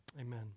Amen